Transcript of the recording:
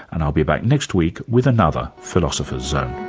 and i'll be back next week with another philosopher's zone